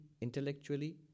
intellectually